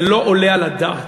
זה לא עולה על הדעת,